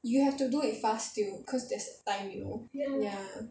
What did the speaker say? you have to do it fast still cause there's a time you know ya